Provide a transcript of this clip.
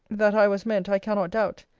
that i was meant, i cannot doubt.